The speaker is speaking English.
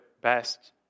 best